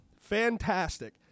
Fantastic